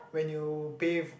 when you pay